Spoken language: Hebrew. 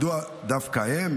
מדוע דווקא הם?